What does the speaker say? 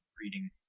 reading